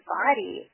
body